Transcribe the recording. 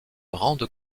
rendent